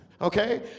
okay